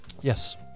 Yes